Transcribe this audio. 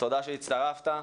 תודה שהצטרפת.